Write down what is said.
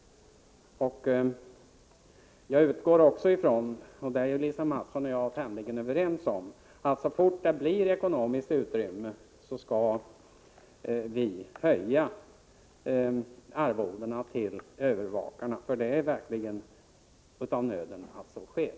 Jag utgår också ifrån att vi — det är Lisa Mattson och jag tämligen överens om -— så fort det blir ekonomiskt utrymme för det skall höja arvodena till övervakarna. Det är verkligen av nöden att så sker.